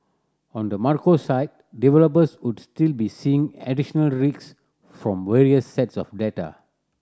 on the macro side developers would still be seeing additional risk from various sets of data